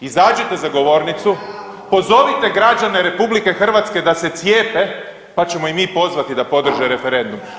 Izađite za govornicu, pozovite građane RH da se cijepe pa ćemo i mi pozvati da podrže referendum.